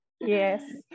yes